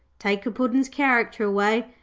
take a puddin's character away.